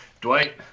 dwight